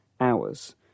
hours